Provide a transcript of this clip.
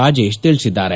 ರಾಜೇಶ್ ತಿಳಿಸಿದ್ದಾರೆ